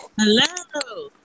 hello